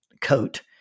coat